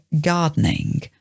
gardening